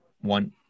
one